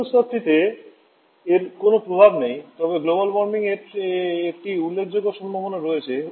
ozone স্তরটিতে এর কোনও প্রভাব নেই তবে গ্লোবাল ওয়ার্মিংয়ের একটি উল্লেখযোগ্য সম্ভাবনা রয়েছে